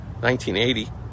1980